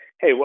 hey